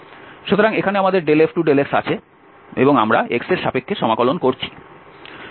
সুতরাং এখানে আমাদের F2∂x আছে এবং আমরা x এর সাপেক্ষে সমাকলন করছি